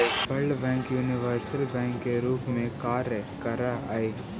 world bank universal bank के रूप में कार्य करऽ हइ